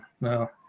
no